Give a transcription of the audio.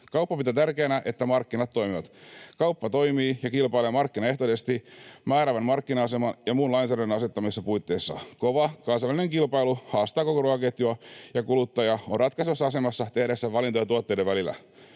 Kauppa pitää tärkeänä, että markkinat toimivat. Kauppa toimii ja kilpailee markkinaehtoisesti määräävän markkina-aseman ja muun lainsäädännön asettamissa puitteissa. Kova kansainvälinen kilpailu haastaa koko ruokaketjua, ja kuluttaja on ratkaisevassa asemassa tehdessään valintoja tuotteiden välillä.